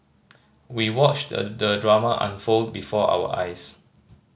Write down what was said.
we watched the drama unfold before our eyes